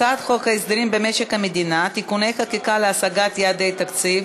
הצעת חוק הסדרים במשק המדינה (תיקוני חקיקה להשגת יעדי התקציב)